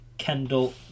Kendall